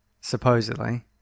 supposedly